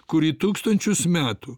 kurį tūkstančius metų